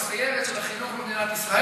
אמרתי שהחמ"ד הם הסיירת של החינוך במדינת ישראל.